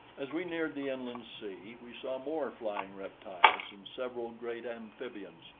as we neared the inland sea we saw more flying reptiles and several great amphibians,